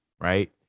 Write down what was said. right